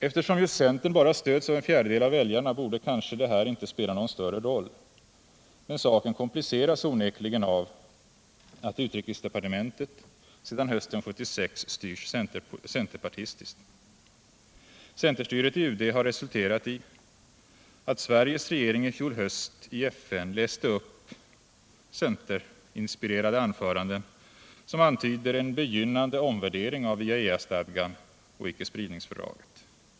Eftersom ju centern bara stöds av en fjärdedel av väljarna borde kanske det här inte spela någon större roll, men saken kompliceras onekligen av att utrikesdepartementet sedan hösten 1976 styrs centerpartistiskt. Centerstyret i UD har resulterat i att Sveriges regering i fjol höst i FN läste upp centerinspirerade anföranden som antyder en begynnande omvärdering av IAEA-stadgan och icke-spridningsfördraget.